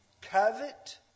covet